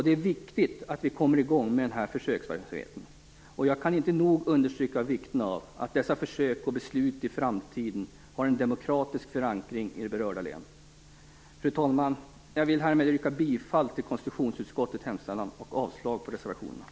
Det är viktigt att vi kommer i gång med försöksverksamheten. Jag kan inte nog understryka vikten av att dessa försök och beslut i framtiden har en demokratisk förankring i berörda län. Fru talman! Jag vill härmed yrka bifall till konstitutionsutskottets hemställan och avslag på reservationerna.